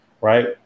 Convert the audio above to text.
right